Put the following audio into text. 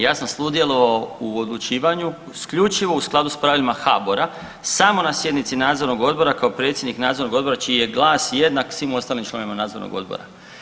Ja sam sudjelovao u odlučivanju isključivo u skladu s pravilima HABOR-a samo na sjednici nadzornog odbora kao predsjednik nadzornog odbora čiji je glas jednak svim ostalim članovima nadzornog odbora.